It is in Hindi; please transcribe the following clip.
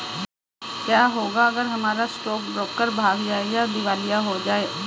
क्या होगा अगर हमारा स्टॉक ब्रोकर भाग जाए या दिवालिया हो जाये?